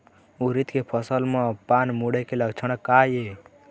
उरीद के फसल म पान मुड़े के लक्षण का ये?